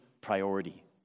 priority